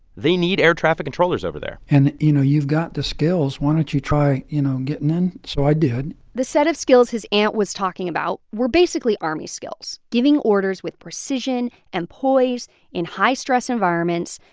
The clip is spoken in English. they need air traffic controllers over there and, you know, you've got the skills. why don't you try, you know, getting in? so i did the set of skills his aunt was talking about were basically army skills giving orders with precision and poise in high-stress environments.